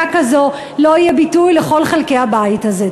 כזו לא יהיה ביטוי לכל חלקי הבית הזה.